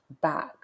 back